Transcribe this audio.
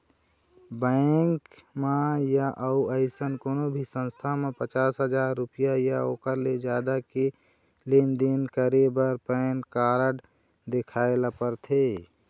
bank म य अउ अइसन कोनो भी संस्था म पचास हजाररूपिया य ओखर ले जादा के लेन देन करे बर पैन कारड देखाए ल परथे